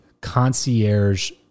concierge